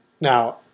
Now